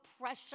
pressure